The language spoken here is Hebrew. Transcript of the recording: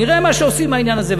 נראה מה שעושים עם העניין הזה.